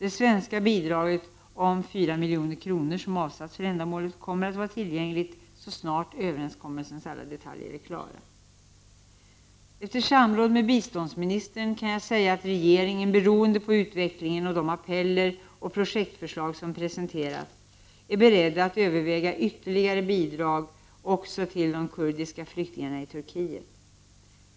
Det svenska bidrag om 4 milj.kr. som avsatts för ändamålet kommer att vara tillgängligt så snart överenskommelsens alla detaljer är klara. Efter samråd med biståndsministern kan jag säga att regeringen, beroende på utvecklingen och de appeller och projektförslag som presenteras, är beredd att överväga ytterligare bidrag också till de kurdiska flyktingarna i Turkiet.